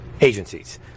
agencies